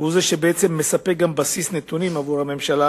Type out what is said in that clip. הוא זה שבעצם מספק גם בסיס נתונים עבור הממשלה